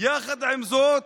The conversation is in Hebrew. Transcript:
יחד עם זאת,